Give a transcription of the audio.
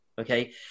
Okay